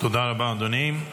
תודה רבה, אדוני.